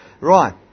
Right